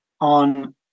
on